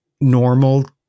normal